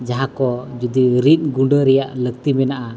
ᱡᱟᱦᱟᱸᱠᱚ ᱡᱩᱫᱤ ᱨᱤᱫ ᱜᱩᱸᱰᱟᱹ ᱨᱮᱭᱟᱜ ᱞᱟᱠᱛᱤ ᱢᱮᱱᱟᱜᱼᱟ